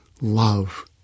love